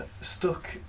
stuck